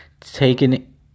taking